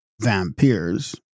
vampires